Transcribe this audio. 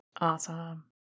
Awesome